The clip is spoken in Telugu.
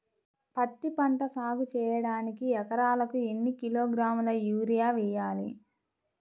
పత్తిపంట సాగు చేయడానికి ఎకరాలకు ఎన్ని కిలోగ్రాముల యూరియా వేయాలి?